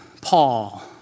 Paul